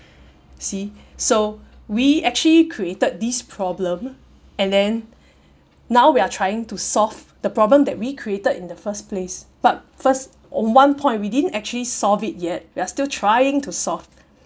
see so we actually created this problem and then now we are trying to solve the problem that we created in the first place but first on one point we didn't actually solve it yet we're still trying to solve